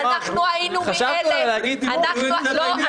חשבת אולי להגיד --- לא,